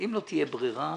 אם לא תהיה ברירה,